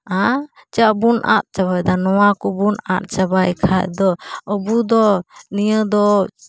ᱟᱨ ᱪᱟᱜ ᱵᱚᱱ ᱟᱫ ᱪᱟᱵᱟᱭᱫᱟ ᱱᱚᱣᱟ ᱠᱚᱵᱚᱱ ᱟᱫ ᱪᱟᱵᱟᱭ ᱠᱷᱟᱡ ᱫᱚ ᱟᱹᱵᱩ ᱫᱚ ᱱᱤᱭᱟᱹ ᱫᱚ